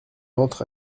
entre